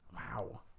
Wow